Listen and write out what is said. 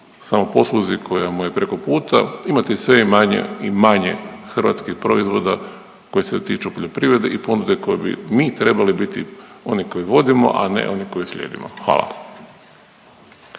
samoposluzi koja mu je preko puta imati sve manje i manje hrvatskih proizvoda koji se tiču poljoprivrede i ponude koju bi mi trebali biti oni koji vodimo, a ne oni koje slijedimo. Hvala.